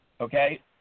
okay